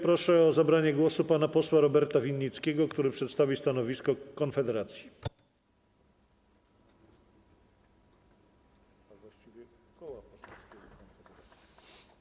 Proszę o zabranie głosu pana posła Roberta Winnickiego, który przedstawi stanowisko Konfederacji, a właściwie Koła Poselskiego Konfederacja.